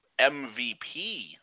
MVP